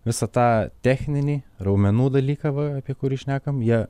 visą tą techninį raumenų dalyką va apie kurį šnekam jie